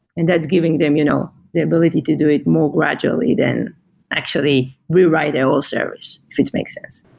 and that's giving them you know the ability to do it more gradually than actually rewrite all servers, if it makes sense.